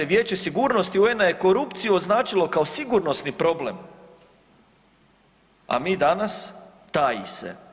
Vijeće sigurnosti UN-a je korupciju označilo kao sigurnosni problem, a mi danas taji se.